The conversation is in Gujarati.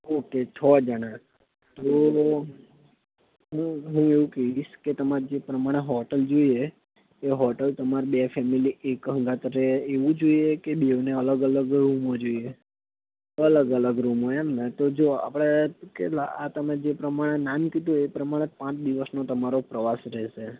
ઓકે છ જણા તો હું એવું કહી દઈશ કે તમારી જે પ્રમાણે હોટેલ જોઈએ એ હોટેલ તમારી બે ફેમિલી એક સંગાથ રહે એવું જોઈએ કે બેવને અલગ અલગ રૂમો જોઈએ અલગ અલગ રૂમો એમને તો જો આપણે કેટલા આ તમે જે પ્રમાણે નામ કીધું એ પ્રમાણે પાંચ દિવસનો તમારો પ્રવાસ રહેશે